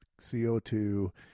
CO2